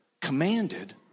commanded